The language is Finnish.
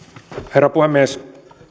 herra puhemies